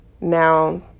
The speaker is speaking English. Now